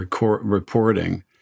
reporting